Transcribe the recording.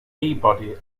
peabody